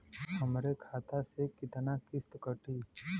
हमरे खाता से कितना किस्त कटी?